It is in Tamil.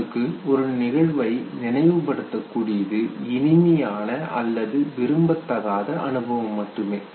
உங்களுக்கு ஒரு நிகழ்வை நினைவுபடுத்த கூடியது இனிமையான அல்லது விரும்பத்தகாத அனுபவம் மட்டுமே